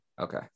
okay